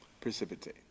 Precipitate